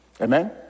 amen